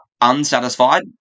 unsatisfied